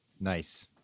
nice